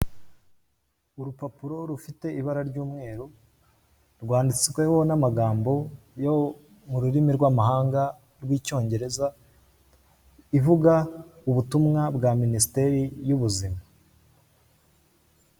Urupapuro rufite ibara ry'umweru rwanditsweho n'amagambo yo mururimi rw'amahanga rw'icyongereza, ivuga ubutumwa bwa minisiteri y'ubuzima.